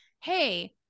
Hey